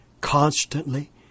constantly